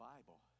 Bible